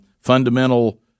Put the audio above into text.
fundamental